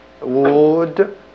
wood